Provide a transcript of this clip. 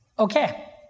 okay,